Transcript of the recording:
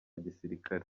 gisirikare